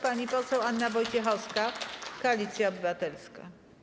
Pani poseł Anna Wojciechowska, Koalicja Obywatelska.